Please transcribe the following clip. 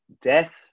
death